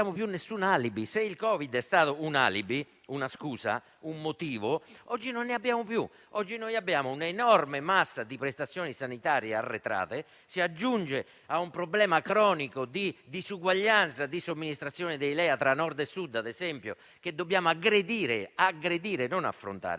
più alcun alibi. Se il Covid è stato un alibi, una scusa, un motivo, oggi non ne abbiamo più. Oggi abbiamo un'enorme massa di prestazioni sanitarie arretrate, che si aggiunge a un problema cronico di disuguaglianza di somministrazione dei LEA tra Nord e Sud, che dobbiamo non affrontare,